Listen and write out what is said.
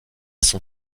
son